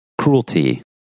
cruelty